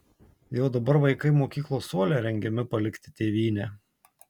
jau dabar vaikai mokyklos suole rengiami palikti tėvynę